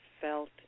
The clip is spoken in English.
felt